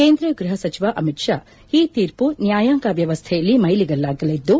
ಕೇಂದ್ರ ಗೃಹ ಸಚಿವ ಅಮಿತ್ ಷಾ ಈ ತೀರ್ಮ ನ್ನಾಯಾಂಗ ವ್ಯವಸ್ಥೆಯಲ್ಲಿ ಮೈಲಿಗಲ್ಲಾಗಲಿದ್ದು